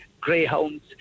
greyhounds